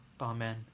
Amen